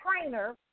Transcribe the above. trainer